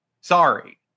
Sorry